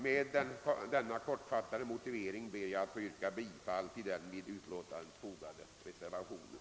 Med denna kortfattade motivering ber jag att få yrka bifall till den vid betänkandet fogade reservationen.